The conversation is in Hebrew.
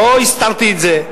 לא הסתרתי את זה.